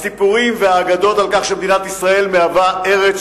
הסיפורים והאגדות על כך שמדינת ישראל מהווה ארץ